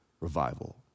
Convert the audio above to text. revival